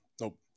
Nope